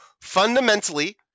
fundamentally